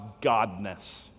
godness